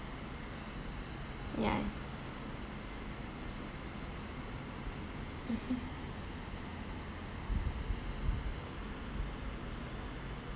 yeah mmhmm